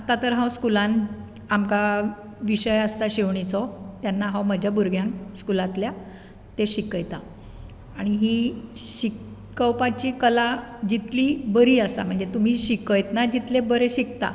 आतां तर हांव स्कुलांत आमकां विशय आसता शिवणीचो तेन्ना हांव म्हज्या भुरग्यांक स्कुलांतल्या ते शिकयतां आनी ही शिकोवपाची कला जितली बरी आसा म्हणजे तूं शिकयतना जितलें बरें शिकता